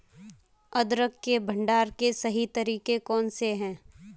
अदरक के भंडारण के सही तरीके कौन से हैं?